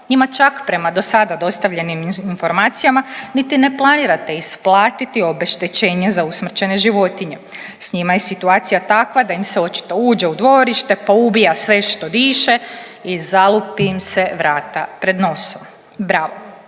Njima čak prema do sada dostavljenim informacijama niti ne planirate isplatiti obeštećenje za usmrćene životinje. S njima je situacija takva da im se očito uđe u dvorište, poubija sve što diše i zalupi im se vrata pred nosom. Bravo.